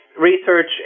research